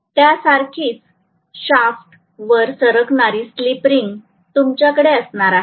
त्यासारखीच शाफ्टवर सरकणारी slip ring तुमच्याकडे असणार आहे